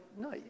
No